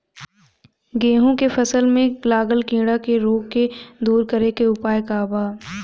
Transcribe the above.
गेहूँ के फसल में लागल कीड़ा के रोग के दूर करे के उपाय का बा?